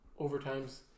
overtimes